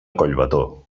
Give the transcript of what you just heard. collbató